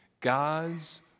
God's